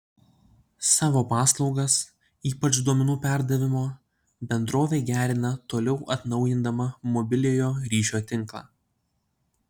savo paslaugas ypač duomenų perdavimo bendrovė gerina toliau atnaujindama mobiliojo ryšio tinklą